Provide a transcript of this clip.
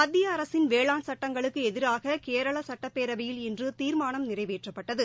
மத்திய அரசின் வேளாண் சட்டங்களுக்கு எதிராக கேரள சுட்டப்பேரவையில் இன்று தீர்மானம் நிறைவேற்றப்பட்டது